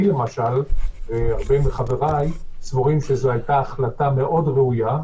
אני למשל ורבים מחבריי סבורים שזו הייתה החלטה מאוד ראויה,